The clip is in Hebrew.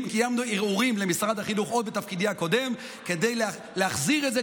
וקיימנו ערעורים למשרד החינוך עוד בתפקידי הקודם כדי להחזיר את זה,